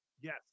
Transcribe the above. Yes